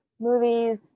movies